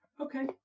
Okay